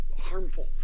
harmful